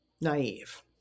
naive